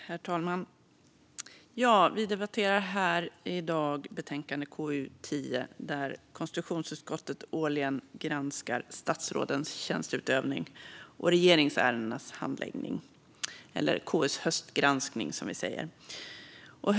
Herr talman! Vi debatterar här i dag betänkandet KU10 där konstitutionsutskottet granskar statsrådens tjänsteutövning och regeringsärendenas handläggning. Det brukar kallas KU:s höstgranskning och görs årligen.